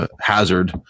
hazard